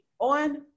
on